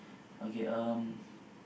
okay um